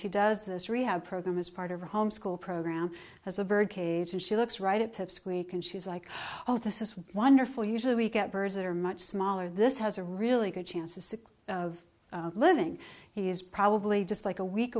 she does this rehab program as part of a homeschool program as a bird cage and she looks right at pipsqueak and she's like oh this is wonderful usually we get birds that are much smaller this has a really good chance of success of living he is probably just like a week